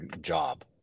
job